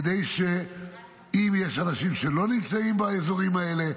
כדי שאם יש אנשים שלא נמצאים באזורים האלה,